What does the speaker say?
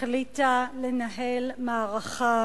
החליטה לנהל מערכה